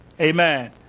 Amen